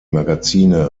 magazine